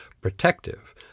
protective